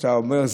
שאתה אומר: